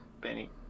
Benny